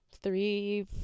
three